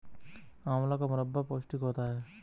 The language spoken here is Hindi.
आंवला का मुरब्बा पौष्टिक होता है